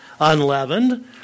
unleavened